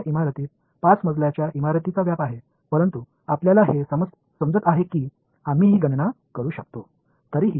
ஒரு கணினி ஒரு ஐந்து மாடி கட்டிடத்தை ஆக்கிரமித்துள்ளது என்றாள் பிரச்சனை இல்லை ஆனால் இந்த கணக்கீட்டை நம்மால் செய்ய முடியும் என்பதை நீங்கள் காணலாம்